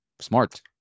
smart